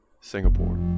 Singapore